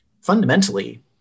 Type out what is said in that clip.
fundamentally